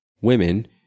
women